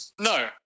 No